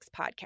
podcast